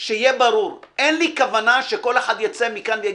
שיהיה ברור, אין לי כוונה שכל אחד יצא מכאן ויגיד: